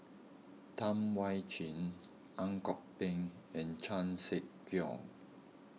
Tam Wai Jia Ang Kok Peng and Chan Sek Keong